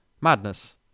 madness